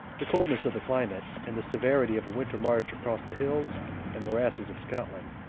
the coldness of the climate and the severity of a winter march across the hills and morasses of scotland,